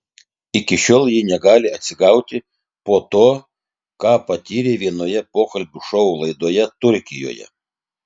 iki šiol ji negali atsigauti po to ką patyrė vienoje pokalbių šou laidoje turkijoje